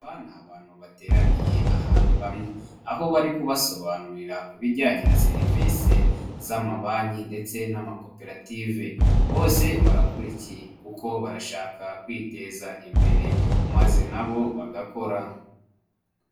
Aba ni abantu bateraniye ahantu hamwe. Aho bari kubasobanurira ku bijyanye na serivisi, z'amabanki ndetse n'amakoperative. Bose barakurikiye kuko barashaka kwiteza imbere, maze nabo bagakora.